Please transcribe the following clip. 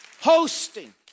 Hosting